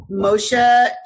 Moshe